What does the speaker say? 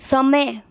समय